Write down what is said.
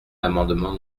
l’amendement